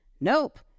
nope